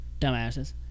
dumbasses